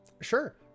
sure